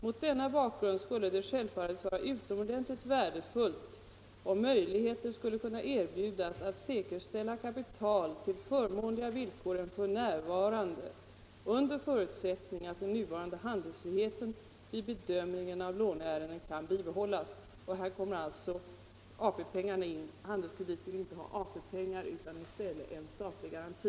Mot denna bakgrund skulle det självfallet vara utomordentligt värdefullt om möjligheter skulle kunna erbjudas att säkerställa kapital till förmånligare villkor än f. n. under förutsättning att den nuvarande handlingsfriheten vid bedömning av låneärenden kan bibehållas.” Här kommer alltså AP-pengarna in. AB Handelskredit vill inte ha AP-pengar utan i stället en statlig garanti.